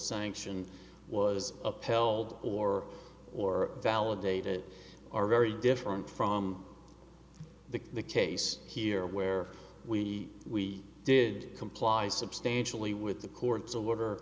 sanction was upheld or or validated are very different from the the case here where we we did comply substantially with the court's